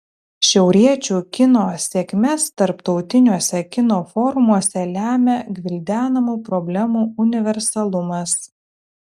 šiauriečių kino sėkmes tarptautiniuose kino forumuose lemia gvildenamų problemų universalumas